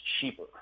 cheaper